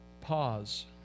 pause